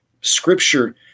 scripture